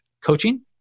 coaching